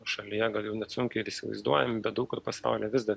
šalyje gal jau net sunkiai ir įsivaizduojami bet daug kur pasaulyje vis dar